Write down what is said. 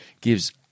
gives